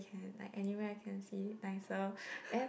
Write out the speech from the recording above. like anywhere can see nicer and then